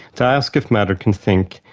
to ask if matter can think,